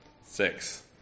six